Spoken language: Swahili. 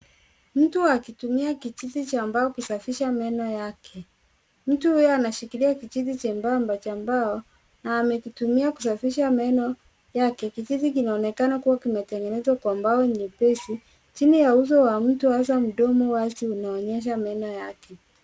Mtu akitumia kijiti cha mbao kusafisha meno yake. Mtu huyu anashikilia kijiti chembamba cha mbao na amekitumia kusafisha meno yake. Kijiti kinaonekana kuwa kimetengenezwa kwa mbao nyepesi . Chini ya uso wa mtu hasa mdomo wazi unaonyesha meno yake.